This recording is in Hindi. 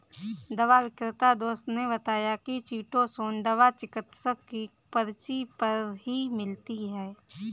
दवा विक्रेता दोस्त ने बताया की चीटोसोंन दवा चिकित्सक की पर्ची पर ही मिलती है